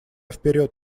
вперед